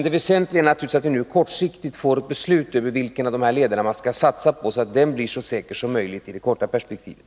Det väsentliga är emellertid att det kortsiktigt fattas ett beslut om vilken av de här lederna som man kan satsa på, så att det blir så säkert som möjligt i det korta perspektivet.